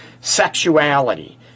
sexuality